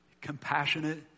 compassionate